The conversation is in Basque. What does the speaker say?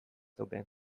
zeuden